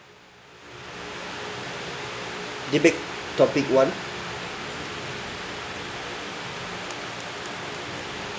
debate topic one